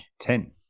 Ten